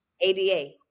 ADA